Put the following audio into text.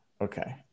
Okay